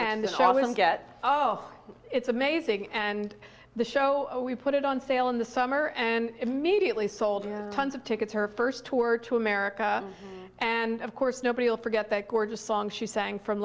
to get oh it's amazing and the show we put it on sale in the summer and immediately sold tons of tickets her first tour to america and of course nobody will forget that gorgeous song she sang from